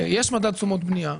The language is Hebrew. יש מדד תשומות בנייה,